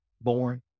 born